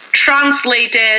Translated